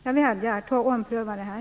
Jag vädjar: Ompröva detta!